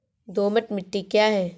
दोमट मिट्टी क्या है?